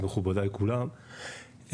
מכובדיי כולם,